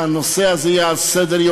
שהנושא הזה יהיה על סדר-יומה.